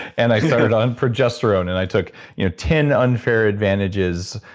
and i started on progesterone, and i took you know ten unfair advantages,